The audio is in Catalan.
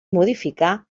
modificar